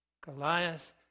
Goliath